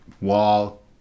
wall